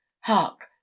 Hark